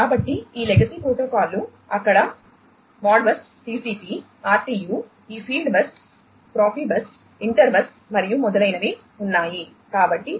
కాబట్టి ఈ లెగసీ ప్రోటోకాల్లు అక్కడ మోడ్బస్ TCP RTU ఈ ఫీల్డ్బస్ ప్రొఫైబస్ ఇంటర్ బస్ మరియు మొదలైనవి ఉన్నాయి